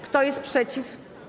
Kto jest przeciw?